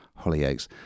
Hollyoaks